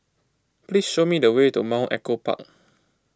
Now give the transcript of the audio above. please show me the way to Mount Echo Park